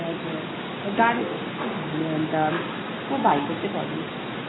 हजुर गाडीको भन्ने अन्त को भाइको चाहिँ भनिदिनु